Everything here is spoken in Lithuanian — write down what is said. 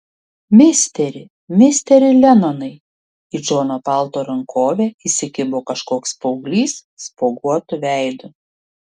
misteri misteri lenonai į džono palto rankovę įsikibo kažkoks paauglys spuoguotu veidu